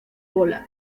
bola